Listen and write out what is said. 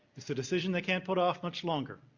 it's a decision they can't put off much longer.